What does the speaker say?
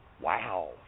wow